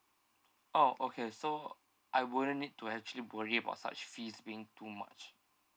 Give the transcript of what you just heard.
oh okay so I wouldn't need to actually worry about such fees being too much